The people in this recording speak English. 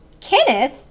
Kenneth